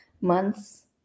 months